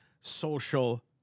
social